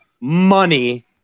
money